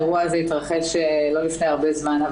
האירוע הזה התרחש לא לפני הרבה זמן.